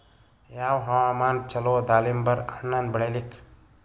ಯಾವ ಹವಾಮಾನ ಚಲೋ ದಾಲಿಂಬರ ಹಣ್ಣನ್ನ ಬೆಳಿಲಿಕ?